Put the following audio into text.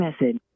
message